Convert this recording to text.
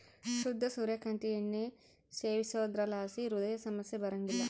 ಶುದ್ಧ ಸೂರ್ಯ ಕಾಂತಿ ಎಣ್ಣೆ ಸೇವಿಸೋದ್ರಲಾಸಿ ಹೃದಯ ಸಮಸ್ಯೆ ಬರಂಗಿಲ್ಲ